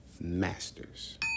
masters